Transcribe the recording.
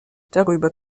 darüber